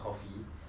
and